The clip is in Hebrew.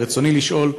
רצוני לשאול: